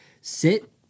Sit